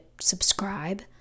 subscribe